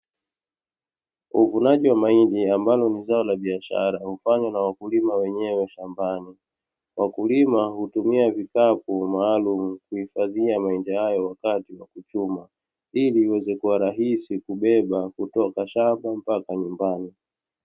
Uvunaji wa mahindi ambao ni zao la biashara mfano la wakulima wenyew shambani, wakulima hutumia vikapu maalumu kwa kuhifadhia mahindi hayo wakati wa kuchuma, ili iweze kuwa rahisi kutoka shamba mpaka nyumbani.